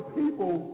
people